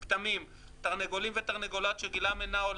"פטמים" תרנגולים ותרנגולות שגילם אינו עולה